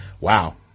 wow